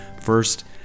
First